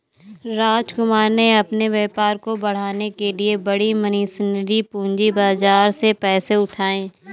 रामकुमार ने अपने व्यापार को बढ़ाने के लिए बड़ी मशीनरी पूंजी बाजार से पैसे उठाए